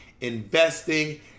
investing